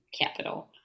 capital